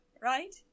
right